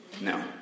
No